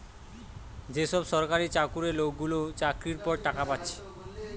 যে সব সরকারি চাকুরে লোকগুলা চাকরির পর টাকা পাচ্ছে